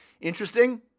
interesting